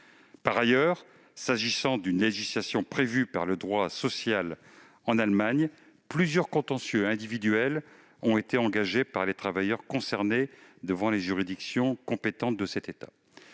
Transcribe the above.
Par ailleurs, s'agissant d'une législation prévue par le droit social en Allemagne, plusieurs contentieux individuels ont été engagés par les travailleurs concernés devant les juridictions compétentes de cet État.